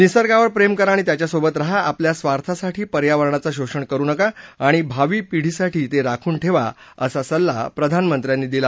निसर्गावर प्रेम करा आणि त्याच्यासोबत रहा आपल्या स्वार्थासाठी पर्यावरणाचं शोषण करू नका आणि भावी पिढीसाठी ते राखून ठेवा असा सल्ला प्रधानमंत्र्यांनी दिला